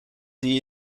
die